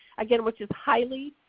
again, which is highly